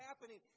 happening